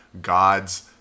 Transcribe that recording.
God's